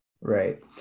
right